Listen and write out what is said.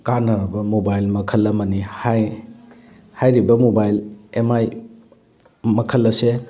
ꯀꯥꯟꯅꯔꯕ mobile ꯃꯈꯜ ꯑꯃꯅꯤ ꯍꯥꯏ ꯍꯥꯏꯔꯤꯕ ꯃꯣꯕꯥꯏꯜ ꯑꯦꯝ ꯃꯥꯏ ꯃꯈꯜ ꯑꯁꯦ